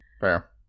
Fair